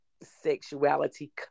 sexuality